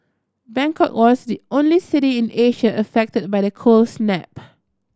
Bangkok was not the only city in Asia affected by the cold snap